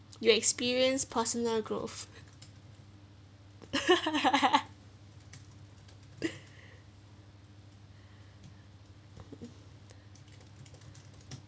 you experienced personal growth